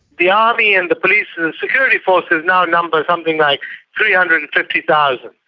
the army and the police security forces now number something like three hundred and fifty thousand,